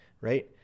right